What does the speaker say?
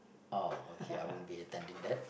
oh okay I won't be attending that